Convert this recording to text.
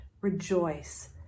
rejoice